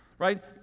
right